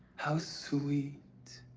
how sweet